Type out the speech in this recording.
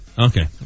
Okay